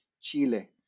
chile